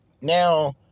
Now